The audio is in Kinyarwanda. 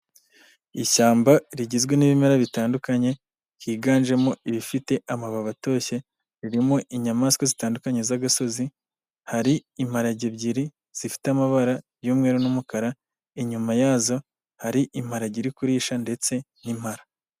Ishyamba rigizwe n'ibimera bitandukanye higanjemo ibifite amababi atoshye, ririmo inyamaswa zitandukanye z'agasozi, hari imparage ebyiri zifite amabara y'umweru n'umukara, inyuma yazo hari imparage iri kurisha ndetse n'impara.